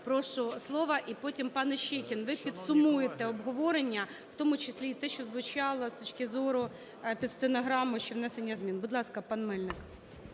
Прошу, слово. І потім, пане Іщейкін, ви підсумуєте обговорення, в тому числі і те, що звучало з точки зору під стенограму, що внесення змін. Будь ласка, пан Мельник.